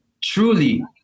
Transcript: truly